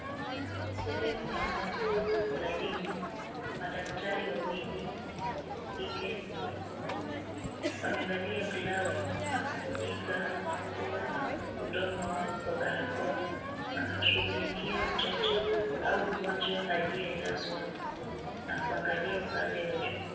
Ni sehemu ya ndani ya hospitalini madaktari wawili mmoja wa kike mwingine wa kiume wamevalia glovu na kufunika mapua na mdomo wao kwa barakoa wanamshughulikia mtoto au mgonjwa aliyelazwa na kuangalia upande wa juu.